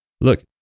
look